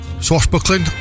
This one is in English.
Swashbuckling